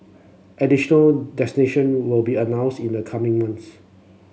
additional destination will be announced in the coming months